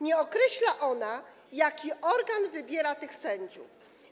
Nie określa ona, jaki organ wybiera tych sędziów.